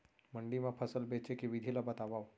मंडी मा फसल बेचे के विधि ला बतावव?